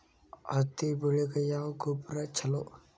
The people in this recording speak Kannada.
ಹತ್ತಿ ಬೆಳಿಗ ಯಾವ ಗೊಬ್ಬರ ಛಲೋ?